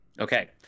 Okay